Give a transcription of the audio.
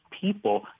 people